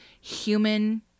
human